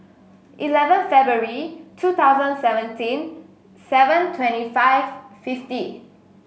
eleven February two thousand seventeen seven twenty five fifty